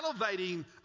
elevating